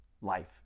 life